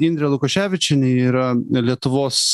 indrė lukoševičienė yra lietuvos